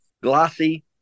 glossy